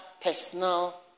personal